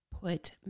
put